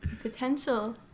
potential